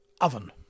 oven